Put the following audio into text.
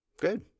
Good